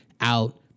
out